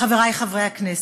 חברי חברי הכנסת,